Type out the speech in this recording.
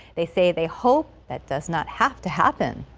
they say they hope that does not have to happen.